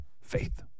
Faith